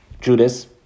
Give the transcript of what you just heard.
Judas